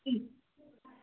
ठीक